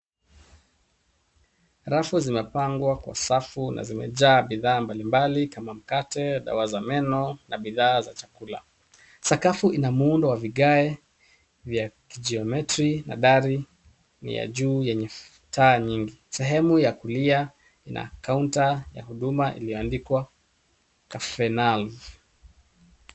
Rafu zimepangwa kwa safu na zimejaa bidhaa mbalimbali kama mkate, dawa za meno na bidhaa za chakula. Sakafu ina muundo wa vigae vya kijiometri na dari ni ya juu yenye taa nyingi. Sehemu ya kulia ina kaunta ya huduma iliyoandikwa Cafe Nerve .